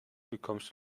bekommst